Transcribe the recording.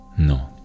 No